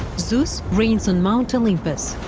zeus rules and mount olympus,